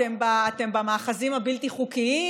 אתם במאחזים הבלתי-חוקיים?